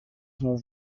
more